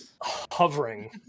Hovering